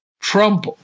Trump